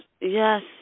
Yes